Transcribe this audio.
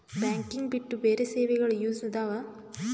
Banking ಬಿಟ್ಟು ಬೇರೆ ಸೇವೆಗಳು ಯೂಸ್ ಇದಾವ?